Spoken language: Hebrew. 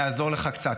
נעזור לך קצת.